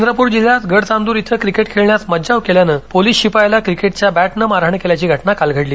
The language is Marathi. चंद्रपूर जिल्ह्यात गडचांदूर इथं क्रिकेट खेळण्यास मज्जाव केल्यानं पोलीस शिपायाला क्रिकेटच्या बॅटने मारहाण केल्याची घटना काल घडली